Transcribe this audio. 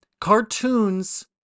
Cartoons